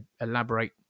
elaborate